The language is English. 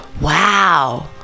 Wow